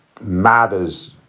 matters